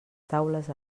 taules